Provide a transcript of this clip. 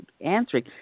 answering